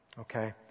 Okay